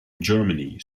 germany